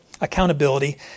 accountability